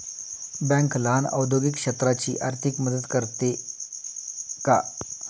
Bank लहान औद्योगिक क्षेत्राची आर्थिक मदत करते का?